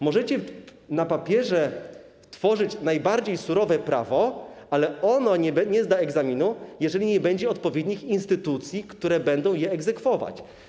Możecie na papierze tworzyć najbardziej surowe prawo, ale ono nie zda egzaminu, jeżeli nie będzie odpowiednich instytucji, które będą je egzekwować.